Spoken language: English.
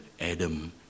Adam